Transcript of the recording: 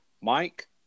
Mike